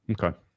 Okay